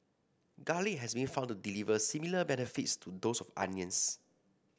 garlic has been found to deliver similar benefits to those of onions